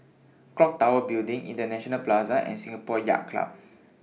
Clock Tower Building International Plaza and Singapore Yacht Club